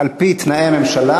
שרת המשפטים